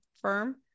firm